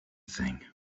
thing